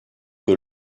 que